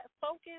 focus